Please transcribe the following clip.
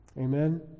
Amen